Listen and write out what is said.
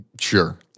sure